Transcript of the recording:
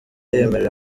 yemerewe